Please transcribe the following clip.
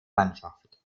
mannschaft